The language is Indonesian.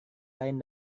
lain